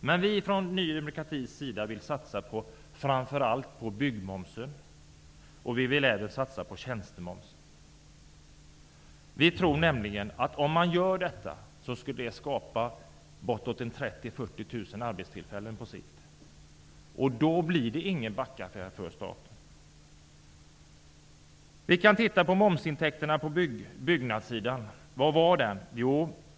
Men vi från Ny demokrati vill satsa framför allt på byggmomsen. Vi vill även satsa på tjänstemomsen. Vi tror nämligen att om man gör detta, skulle det skapa bortåt 30 000--40 000 arbetstillfällen på sikt. Då blir det ingen ''backaffär'' för staten. Låt oss titta på momsintäkterna på byggsidan. Hur stora var de?